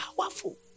powerful